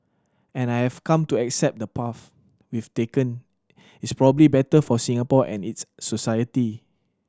and I've come to accept the path we've taken is probably better for Singapore and its society